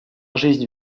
жизнь